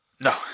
no